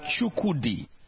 Chukudi